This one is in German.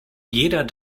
jeder